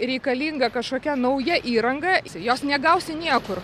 reikalinga kažkokia nauja įranga jos negausi niekur